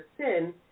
sin